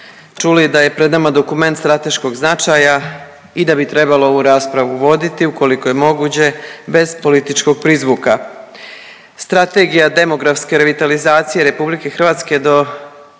čuli da je pred nama dokument strateškog značaja i da bi trebalo ovu raspravu voditi ukoliko je moguće bez političkog prizvuka. Strategija demografske revitalizacije RH do